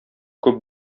күп